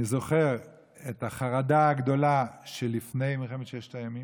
זוכר את החרדה הגדולה לפני מלחמת ששת הימים,